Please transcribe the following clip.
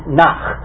nach